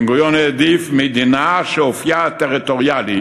בן-גוריון העדיף מדינה שאופייה הטריטוריאלי